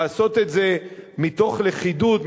לעשות את זה מתוך לכידות,